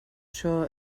sure